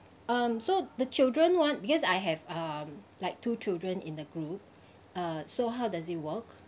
um so the children one because I have um like two children in the group uh so how does it work